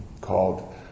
called